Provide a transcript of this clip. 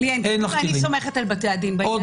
אין לי כלים, אני סומכת על בתי הדין בעניין הזה.